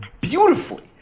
beautifully